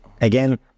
again